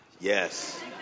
Yes